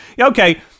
Okay